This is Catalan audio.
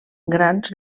grans